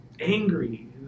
angry